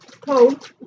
code